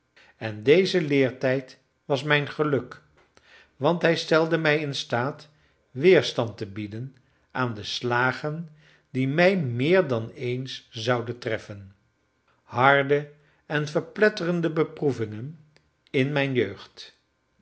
en deze leertijd was mijn geluk want hij stelde mij in staat weerstand te bieden aan de slagen die mij meer dan eens zouden treffen harde en verpletterende beproevingen in mijn jeugd